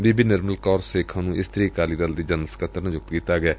ਬੀਬੀ ਨਿਰਮਲ ਕੌਰ ਸੇਖੋਂ ਨੁੰ ਇਸਤਰੀ ਅਕਾਲੀਂ ਦੇ ਜਨਰਲ ਸਕੱਤਰ ਨਿਯੂਕਤ ਕੀਤਾ ਗਿਐ